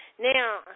Now